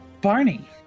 Barney